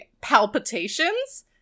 palpitations